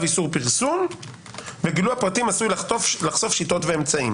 איסור פרסום וגילוי הפרטים עלול לחשוף שיטות ואמצעים.